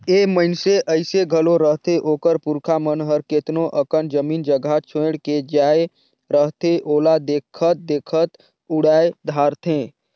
ए मइनसे अइसे घलो रहथें ओकर पुरखा मन हर केतनो अकन जमीन जगहा छोंएड़ के जाए रहथें ओला देखत देखत उड़ाए धारथें